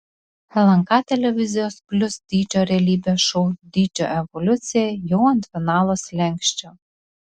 lnk televizijos plius dydžio realybės šou dydžio evoliucija jau ant finalo slenksčio